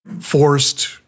forced